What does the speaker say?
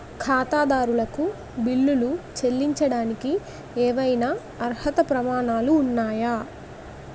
ఖాతాదారులకు బిల్లులు చెల్లించడానికి ఏవైనా అర్హత ప్రమాణాలు ఉన్నాయా?